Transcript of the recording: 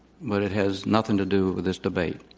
but it has nothing to do with this debate.